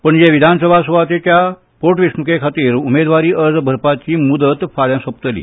पणजी विधानसभा सुवातेचे पोटवेंचणुके खातीर उमेदवारी अर्ज भरपाची मुदत फाल्यां सोंपतली